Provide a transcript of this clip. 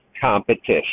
competition